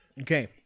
Okay